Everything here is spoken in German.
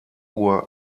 uhr